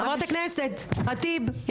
חברת הכנסת ח'טיב.